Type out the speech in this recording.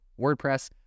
wordpress